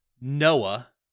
Noah